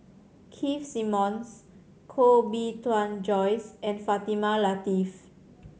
Keith Simmons Koh Bee Tuan Joyce and Fatimah Lateef